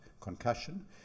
concussion